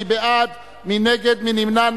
מי בעד, מי נגד, מי נמנע?